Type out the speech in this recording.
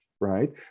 right